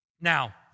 Now